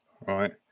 right